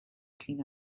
clean